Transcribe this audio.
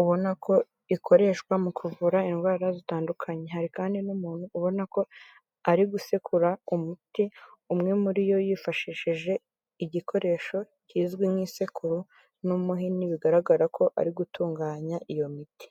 ubona ko ikoreshwa mu kuvura indwara zitandukanye hari kandi n'umuntu ubona ko ari gusekura umuti umwe muri yo yifashishije igikoresho kizwi nk'isekuru n'umuhini bigaragara ko ari gutunganya iyo miti.